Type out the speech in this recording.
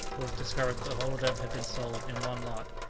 it was discovered that the whole of them had been sold in one lot,